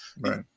right